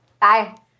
Bye